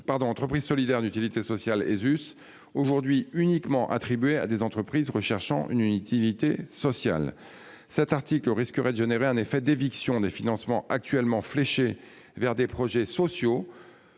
entreprise solidaire d’utilité sociale », aujourd’hui uniquement attribué à des entreprises recherchant une utilité sociale. Son adoption risquerait de générer un effet d’éviction des financements actuellement fléchés vers des projets sociaux,